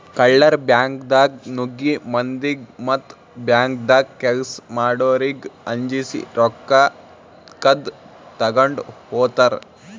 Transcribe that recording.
ಕಳ್ಳರ್ ಬ್ಯಾಂಕ್ದಾಗ್ ನುಗ್ಗಿ ಮಂದಿಗ್ ಮತ್ತ್ ಬ್ಯಾಂಕ್ದಾಗ್ ಕೆಲ್ಸ್ ಮಾಡೋರಿಗ್ ಅಂಜಸಿ ರೊಕ್ಕ ಕದ್ದ್ ತಗೊಂಡ್ ಹೋತರ್